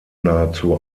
nahezu